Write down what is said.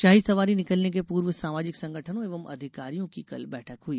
शाही सवारी निकलने के पूर्व सामाजिक संगठनो एवं अधिकारियों की कल बैठक हुई